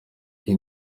iyi